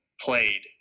played